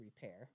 repair